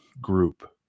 group